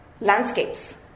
landscapes